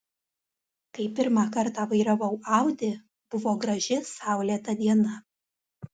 kai pirmą kartą vairavau audi buvo graži saulėta diena